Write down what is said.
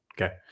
Okay